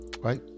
right